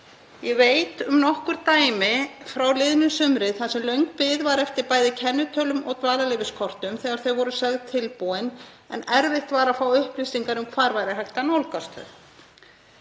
Ég veit um nokkur dæmi frá liðnu sumri þar sem löng bið var eftir bæði kennitölum og dvalarleyfiskortum þegar þau voru sögð tilbúin en erfitt var að fá upplýsingar um hvar væri hægt að nálgast